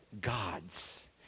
God's